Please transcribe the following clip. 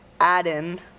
Adam